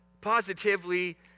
positively